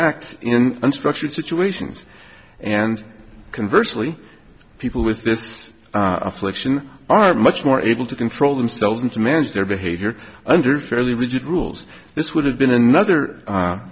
act in unstructured situations and can virtually people with this affliction are much more able to control themselves and to manage their behavior under fairly rigid rules this would have been